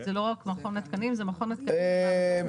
זה לא רק מכון התקנים אלא זה מכון התקנים ונוספים.